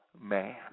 man